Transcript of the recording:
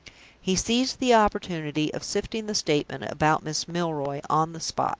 he seized the opportunity of sifting the statement about miss milroy on the spot.